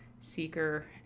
Seeker